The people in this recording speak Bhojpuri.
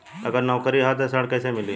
अगर नौकरी ह त ऋण कैसे मिली?